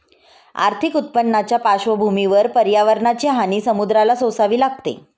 आर्थिक उत्पन्नाच्या पार्श्वभूमीवर पर्यावरणाची हानी समुद्राला सोसावी लागते